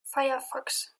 firefox